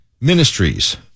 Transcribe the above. Ministries